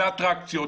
ואטרקציות,